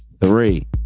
Three